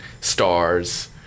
stars